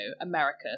America